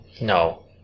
No